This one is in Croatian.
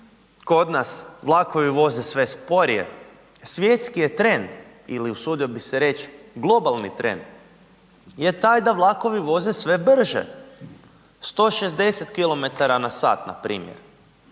kod nas vlakovi voze sve sporije, svjetski je trend, ili, usudio bih se reći, globalni trend je taj da vlakovi voze sve brže. 160 km/h, npr.